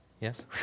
Yes